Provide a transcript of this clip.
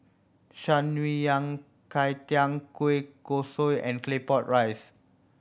Shan Rui Yao Cai Tang kueh kosui and Claypot Rice